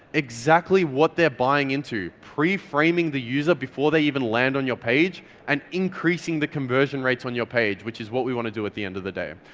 exactly what they're buying into. pre-framing the user before they even land on your page and increasing the conversion rates on your page, which is what we want to do at the end of the day.